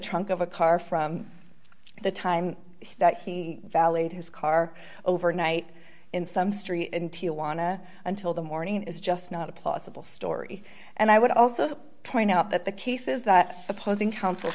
trunk of a car from the time that validate his car overnight in some street in tijuana until the morning is just not a plausible story and i would also point out that the cases that opposing counsel